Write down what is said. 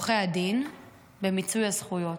כבר שם עלה הניצול של עורכי הדין במיצוי הזכויות,